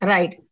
Right